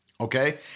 okay